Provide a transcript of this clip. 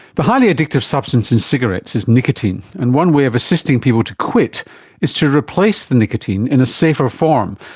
the highly addictive substance in cigarettes is nicotine, and one way of assisting people to quit is to replace the nicotine in a safer form,